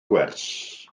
gwers